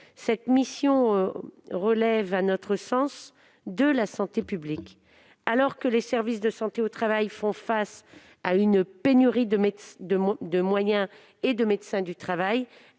cette mission relève de la santé publique. Alors que les services de prévention et de santé au travail font face à une pénurie de moyens et de médecins du travail,